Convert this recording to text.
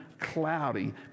cloudy